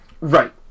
Right